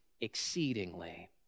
exceedingly